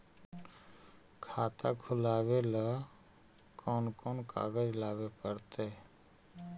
खाता खोलाबे ल कोन कोन कागज लाबे पड़तै?